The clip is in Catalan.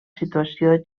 situació